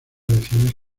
elecciones